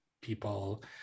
people